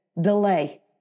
Delay